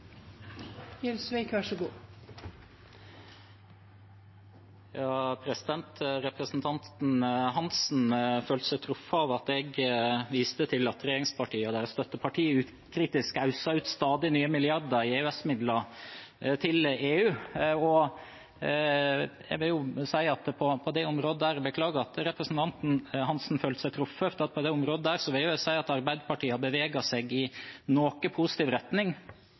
Representanten Hansen følte seg truffet av at jeg viste til at regjeringspartiene og deres støttepartier ukritisk øser ut stadig nye milliarder i EØS-midler til EU. Jeg beklager at representanten Hansen følte seg truffet, men på det området vil jeg si at Arbeiderpartiet har beveget seg i noe positiv retning. Representantens parti, Arbeiderpartiet, foreslo i sitt alternative budsjett å kutte 1,2 mrd. kr i